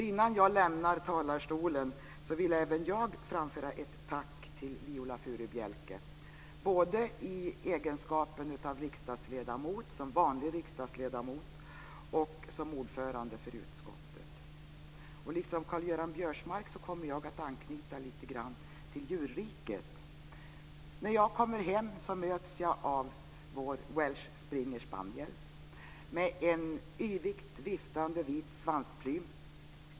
Innan jag lämnar talarstolen vill även jag framföra ett tack till Viola Furubjelke, både som vanlig riksdagsledamot och som ordförande i utskottet. Liksom Karl-Göran Biörsmark kommer jag att anknyta lite grann till djurriket. När jag kommer hem möts jag av vår Welsh springer spaniel med en yvigt viftande vit svansplym.